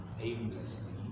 aimlessly